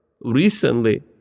recently